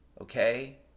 Okay